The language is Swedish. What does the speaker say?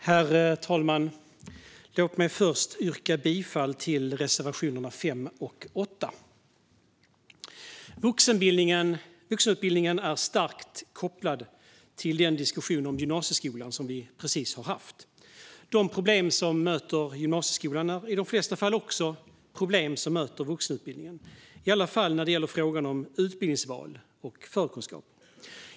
Fru talman! Låt mig först yrka bifall till reservationerna 5 och 8. Vuxenutbildningen är starkt kopplad till den diskussion om gymnasieskolan som vi precis har haft. De problem som möter gymnasieskolan är i de flesta fall också problem som möter vuxenutbildningen, i varje fall när det gäller utbildningsval och förkunskaper.